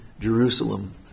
Jerusalem